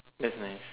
that's nice